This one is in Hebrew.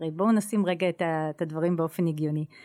בואו נשים רגע את הדברים באופן הגיוני